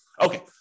Okay